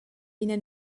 ina